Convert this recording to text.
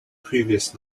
previous